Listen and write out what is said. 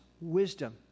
wisdom